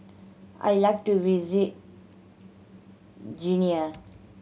I like to visit Guinea